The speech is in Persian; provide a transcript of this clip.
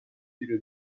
تیرو